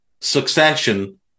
Succession